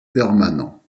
permanent